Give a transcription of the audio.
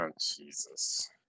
jesus